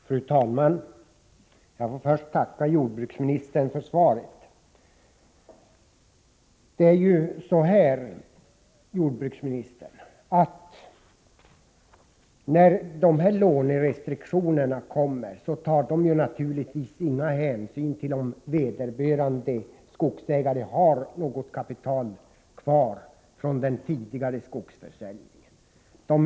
Fru talman! Jag får först tacka jordbruksministern för svaret. När de här lånerestriktionerna kommer, tar man naturligtvis inte någon hänsyn till om vederbörande skogsägare har något kapital kvar från den tidigare skogsförsäljningen.